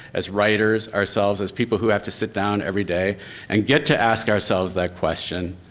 as writers, ourselves, as people who have to sit down everyday and get to ask ourselves that question,